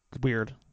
weird